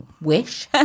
wish